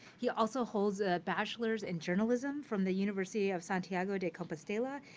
he also holds a bachelor's in journalism from the university of santiago de compostela,